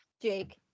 Jake